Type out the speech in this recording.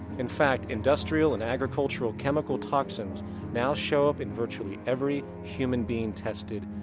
in fact, industrial and agricultural chemical toxins now show up in virtually every human being tested,